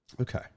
Okay